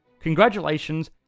Congratulations